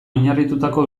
oinarritutako